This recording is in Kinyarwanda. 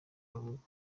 bavuga